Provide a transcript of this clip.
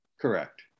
Correct